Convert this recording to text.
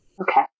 Okay